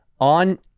On